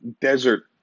desert